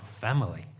family